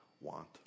want